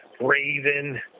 Raven